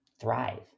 thrive